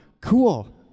Cool